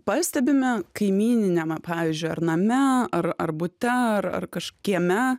pastebime kaimyniniame pavyzdžiui ar name ar ar bute ar ar kaž kieme